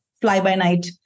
fly-by-night